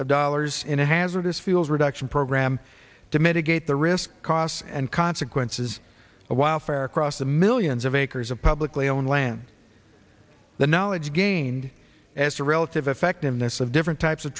of dollars in a hazardous feels reduction program to mitigate the risk costs and consequences while fair across the millions of acres of publicly owned land the knowledge gained as a relative effectiveness of different types of